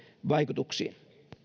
vaikutuksiin